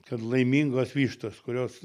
kad laimingos vištos kurios